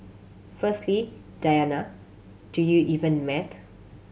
firstly Diana do you even mat